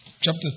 chapter